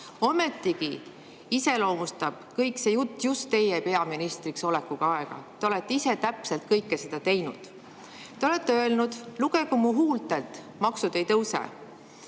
Ometigi iseloomustab kogu see jutt just teie peaministriks oleku aega. Te olete ise täpselt kõike seda teinud. Te olete öelnud: "Lugege mu huultelt: maksud ei tõuse."